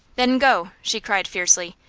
then go! she cried, fiercely.